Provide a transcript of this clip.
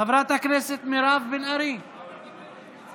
חברת הכנסת מירב בן ארי, בבקשה.